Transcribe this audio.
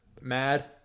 mad